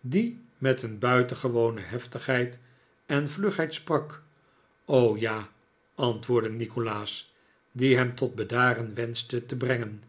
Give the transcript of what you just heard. die met buitengewone heftigheid en vlugheid sprak r o ja antwoordde nikolaas die hem tot bedaren wenschte te brengen